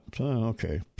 okay